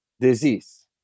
disease